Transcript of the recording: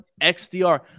XDR